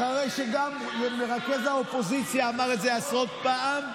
אחרי שגם מרכז האופוזיציה אמר את זה עשרות פעם.